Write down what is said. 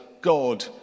God